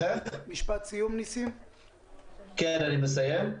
אני מסיים.